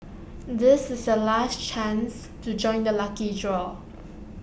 this is the last chance to join the lucky draw